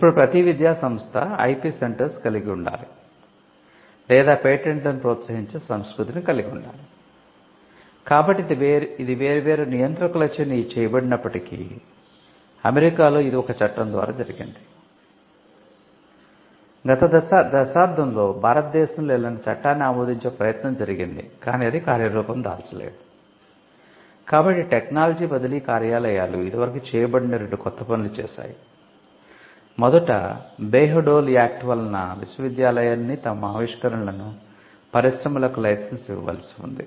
ఇప్పుడు ప్రతీ విద్యాసంస్థ ఐపి సెంటర్లు వలన విశ్వవిద్యాలయాలన్నీ తమ ఆవిష్కరణలను పరిశ్రమలకు లైసెన్స్ ఇవ్వవలసి ఉంది